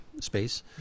space